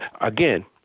again